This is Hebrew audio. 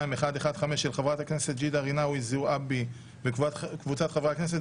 של חברת הכנסת ג'ידא רינאווי זועבי וקבוצת חברי כנסת.